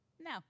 No